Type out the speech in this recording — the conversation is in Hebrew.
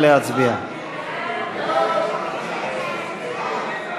ההסתייגויות לסעיף 20,